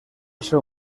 seu